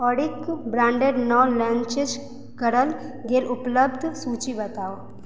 auric ब्राण्डके नव launch कएल गेल उत्पादके सूची बताउ